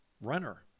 runner